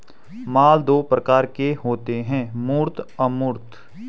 माल दो प्रकार के होते है मूर्त अमूर्त